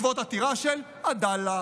בעקבות עתירה של עדאלה